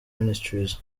ministries